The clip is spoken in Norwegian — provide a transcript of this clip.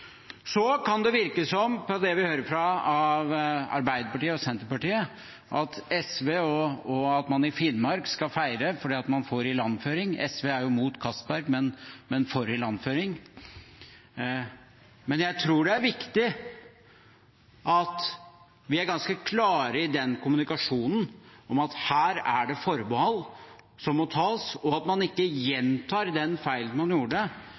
Det kan virke som – av det vi hører fra Arbeiderpartiet og Senterpartiet – at man i SV og i Finnmark skal feire fordi man får ilandføring. SV er mot Castberg, men for ilandføring. Men jeg tror det er viktig at vi er ganske klare i den kommunikasjonen om at det er forbehold som må tas, slik at man ikke gjentar den feilen man gjorde